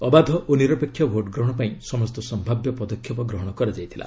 ଅବାଧ ଓ ନିରପେକ୍ଷ ଭୋଟ ଗ୍ରହଣ ପାଇଁ ସମସ୍ତ ସମ୍ଭାବ୍ୟ ପଦକ୍ଷେପ ଗ୍ରହଣ କରାଯାଇଥିଲା